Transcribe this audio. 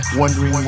wondering